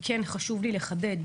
חשוב לי לחדד,